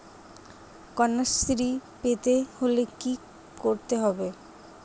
কন্যাশ্রী পেতে হলে কি করতে হবে?